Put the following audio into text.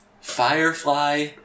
Firefly